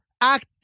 act